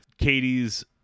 Katie's